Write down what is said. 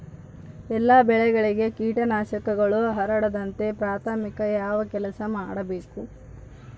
ಎಲ್ಲ ಬೆಳೆಗಳಿಗೆ ಕೇಟನಾಶಕಗಳು ಹರಡದಂತೆ ಪ್ರಾಥಮಿಕ ಯಾವ ಕೆಲಸ ಮಾಡಬೇಕು?